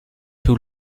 two